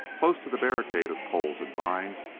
close to the barricade of poles and vines,